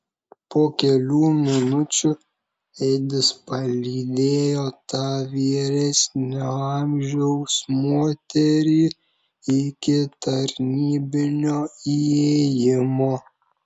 po kelių minučių edis palydėjo tą vyresnio amžiaus moterį iki tarnybinio įėjimo